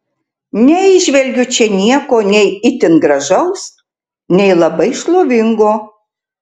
neįžvelgiu čia nieko nei itin gražaus nei labai šlovingo